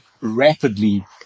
rapidly